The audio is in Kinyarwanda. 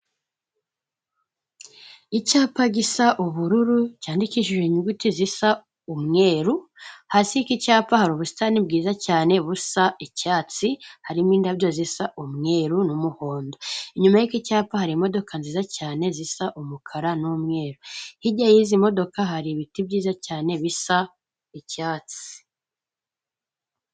Icyapa gisa ubururu cyandikishije inyuguti zisa umweru, hasi ikicyapa hari ubusitani bwiza cyane busa icyatsi, harimo indabyo zisa umweru n'umuhondo; inyuma y'iki cyapa hari imodoka nziza cyane zisa umukara n'umweru, hirya y'izi modoka hari ibiti byiza cyane bisa icyatsi.